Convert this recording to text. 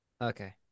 Okay